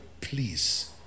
Please